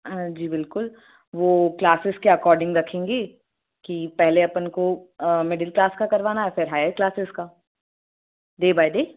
हाँ जी बिल्कुल वो क्लासेस के अकॉर्डिंग रखेंगे कि पहले अपन को मीडिल क्लास का करवाना है फिर हाइयर क्लासेस का डे बाइ डे